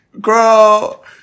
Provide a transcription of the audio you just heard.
Girl